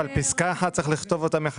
אבל את פסקה (1) צריך לכתוב מחדש.